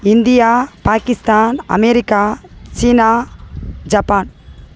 India Pakistan America China Japan